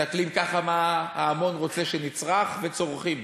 שמסתכלים ככה, מה ההמון רוצה שנצרח, וצורחים.